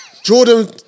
Jordan